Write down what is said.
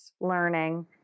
learning